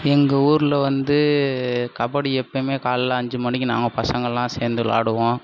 எங்கள் ஊரில் வந்து கபடி எப்பயுமே காலைல அஞ்சு மணிக்கு நாங்கள் பசங்கள்லாம் சேர்ந்து விளாடுவோம்